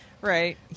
right